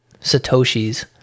Satoshis